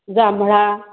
जांभळा